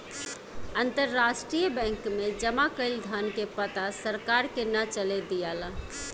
अंतरराष्ट्रीय बैंक में जामा कईल धन के पता सरकार के ना चले दियाला